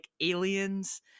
aliens